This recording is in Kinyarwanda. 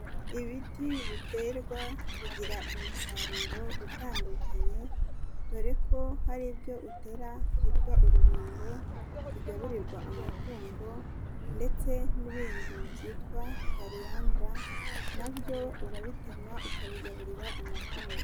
Ibiti biterwa bigira umusaruro utandukanye, dore ko hari ibyo utera byitwa urubingo bigaburirwa amatungo ndetse n'ibindi byitwa kariyandara, na byo urabitema, ukabigaburira amatungo.